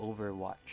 Overwatch